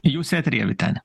jūs eteryje vyteni